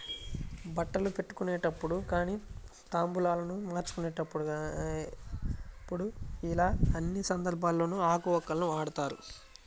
బట్టలు పెట్టుకునేటప్పుడు గానీ తాంబూలాలు మార్చుకునేప్పుడు యిలా అన్ని సందర్భాల్లోనూ ఆకు వక్కలను వాడతారు